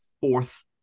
fourth